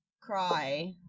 cry